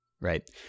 Right